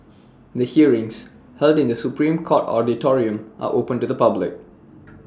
the hearings held in the Supreme court auditorium are open to the public